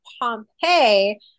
Pompeii